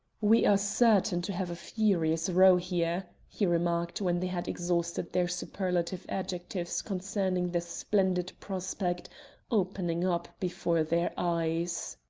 we are certain to have a furious row here, he remarked when they had exhausted their superlative adjectives concerning the splendid prospect opening up before their eyes.